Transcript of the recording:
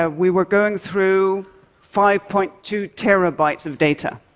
ah we were going through five point two terabytes of data.